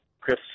Chris